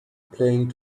playing